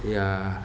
ya